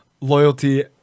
Loyalty